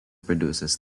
produces